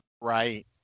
Right